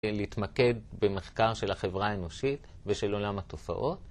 להתמקד במחקר של החברה האנושית ושל עולם התופעות.